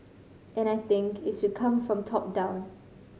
and I think it should come from top down